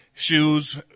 Shoes